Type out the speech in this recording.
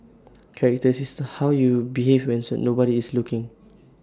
character is how you behave when nobody is looking